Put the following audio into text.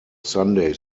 sunday